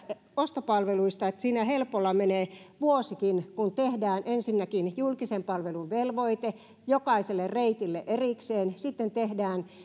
ostopalveluista on että siinä helpolla menee vuosikin kun tehdään ensinnäkin julkisen palvelun velvoite jokaiselle reitille erikseen sitten tehdään